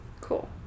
Cool